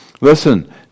Listen